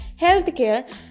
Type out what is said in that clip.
healthcare